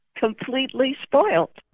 completely spoilt.